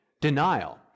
denial